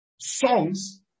songs